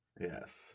Yes